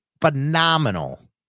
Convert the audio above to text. phenomenal